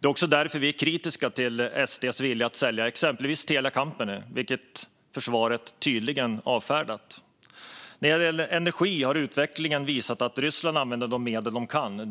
Det är också därför som vi är kritiska till SD:s vilja att sälja exempelvis Telia Company, vilket försvaret tydligt avfärdat. När det gäller energi har utvecklingen visat att Ryssland använder de medel de kan.